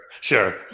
sure